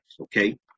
okay